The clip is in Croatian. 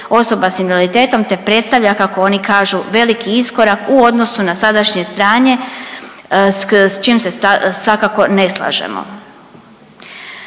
osoba s invaliditetom, te predstavlja, kako oni kažu, veliki iskorak u odnosu na sadašnje stanje s čim se svakako ne slažemo.